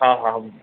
हा हा